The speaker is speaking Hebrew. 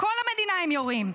על כל המדינה הם יורים,